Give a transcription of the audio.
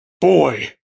Boy